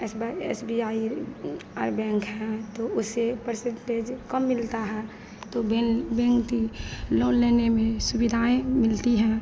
S by S B I और bank हैं तो उससे पर्सेन्टेज कम मिलता है तो बेन बेंक के लोन लेने में सुविधाएँ मिलती हैं